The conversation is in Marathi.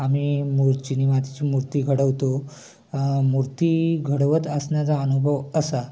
आम्ही मूळ चिनीमातीची मूर्ती घडवतो मूर्ती घडवत असण्याचा अनुभव असा